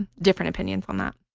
different opinions on that.